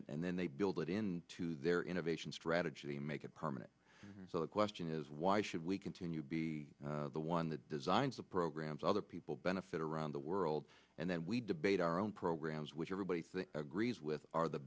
it and then they build it into their innovation strategy and make it permanent so the question is why should we continue to be the one the designs of programs other people benefit around the world and then we debate our own programs which everybody agrees with are the